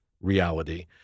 reality